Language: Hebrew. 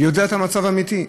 יודע את המצב האמיתי.